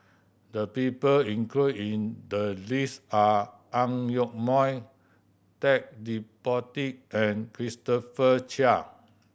the people include in the list are Ang Yoke Mooi Ted De Ponti and Christopher Chia